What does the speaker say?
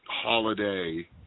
holiday